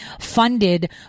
funded